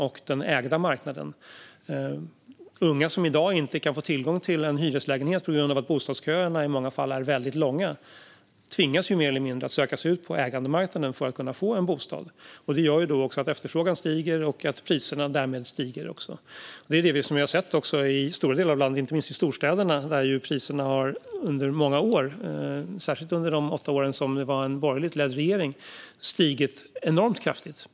Unga som i dag inte kan få tillgång till en hyreslägenhet på grund av att bostadsköerna i många fall är väldigt långa tvingas mer eller mindre att söka sig ut på ägandemarknaden för att kunna få en bostad. Det gör också att efterfrågan ökar och att priserna därmed ökar. Det är det vi har sett i stora delar av landet, inte minst i storstäderna, där priserna under många år, särskilt under de åtta år då det var en borgerligt ledd regering, stigit enormt kraftigt.